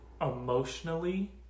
emotionally